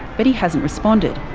but he hasn't responded.